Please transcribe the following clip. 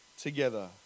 together